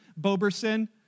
Boberson